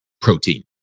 protein